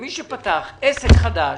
למי שפתח עסק חדש